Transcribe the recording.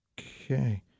Okay